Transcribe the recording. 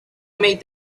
made